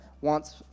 wants